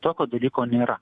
tokio dalyko nėra